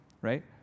right